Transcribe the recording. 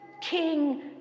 King